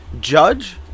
Judge